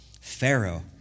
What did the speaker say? Pharaoh